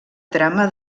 trama